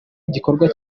igikorwa